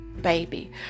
baby